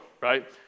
Right